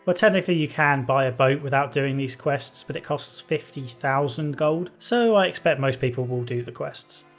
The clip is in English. but technically, you can buy a boat without doing these quests, but it costs fifty thousand gold so i expect most people will do the quests.